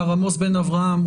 מר עמוס בן אברהם,